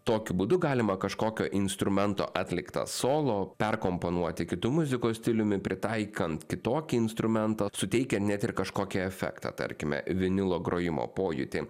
tokiu būdu galima kažkokio instrumento atliktą solo perkomponuoti kitu muzikos stiliumi pritaikant kitokį instrumentą suteikia net ir kažkokį efektą tarkime vinilo grojimo pojūtį